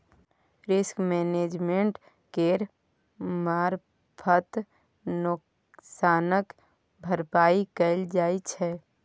risk management केर मारफत नोकसानक भरपाइ कएल जाइ छै